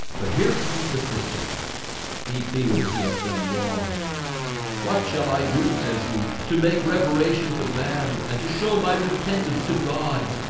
but here comes the christian he feels he has done wrong what shall i do says he to make reparation to man and to show my repentance to god